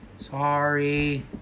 Sorry